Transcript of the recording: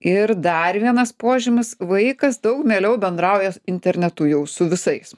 ir dar vienas požymis vaikas daug mieliau bendrauja internetu jau su visais